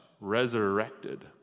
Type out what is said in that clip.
resurrected